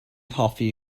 hoffi